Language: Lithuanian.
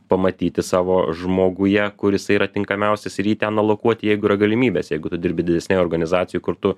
pamatyti savo žmoguje kur jisai yra tinkamiausias ir jį ten alakuoti jeigu yra galimybės jeigu tu dirbi didesnėj organizacijoj kur tu